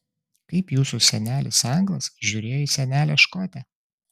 kaip jūsų senelis anglas žiūrėjo į senelę škotę